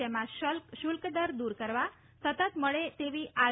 જેમાં શુલ્ક દર દૂર કરવા સતત મળે તેવી આર